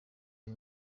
ayo